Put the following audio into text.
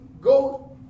go